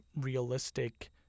realistic